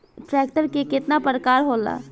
Tractor के केतना प्रकार होला?